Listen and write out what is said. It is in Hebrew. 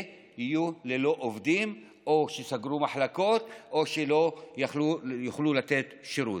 יהיו ללא עובדים או שסגרו מחלקות או שלא יוכלו לתת שירות.